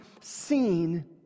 seen